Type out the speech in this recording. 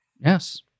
Yes